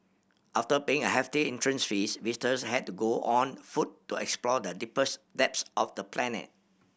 after paying a hefty entrance fee visitors had to go on foot to explore the deepest depths of the planet